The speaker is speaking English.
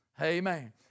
Amen